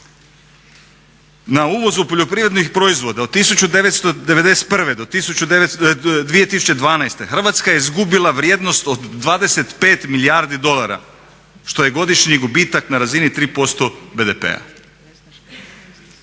Na uvozu poljoprivrednih proizvoda od 1991. do 2012. Hrvatska je izgubila vrijednost od 25 milijardi dolara što je godišnji gubitak na razini 3% BDP-a.